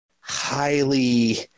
highly